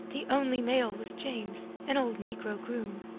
the only male was james, an old negro groom.